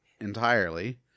entirely